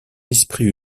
l’esprit